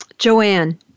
Joanne